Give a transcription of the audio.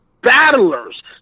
battlers